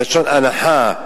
מלשון אנחה,